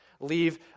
Leave